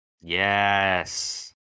Yes